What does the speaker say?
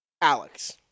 Alex